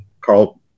Carl